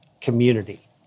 community